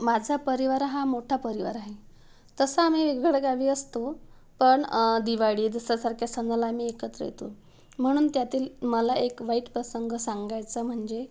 माझा परिवार हा मोठा परिवार आहे तसं आम्ही वेगवेगळ्या गावी असतो पण दिवाळी जसं सारख्या सणाला आम्ही एकत्र येतो म्हणून त्यातील मला एक वाईट प्रसंग सांगायचा म्हणजे